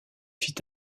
fit